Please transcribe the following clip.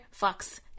fucks